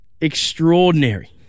extraordinary